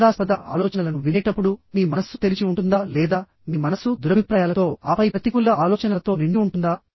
వివాదాస్పద ఆలోచనలను వినేటప్పుడు మీ మనస్సు తెరిచి ఉంటుందా లేదా మీ మనస్సు దురభిప్రాయాలతో ఆపై ప్రతికూల ఆలోచనలతో నిండి ఉంటుందా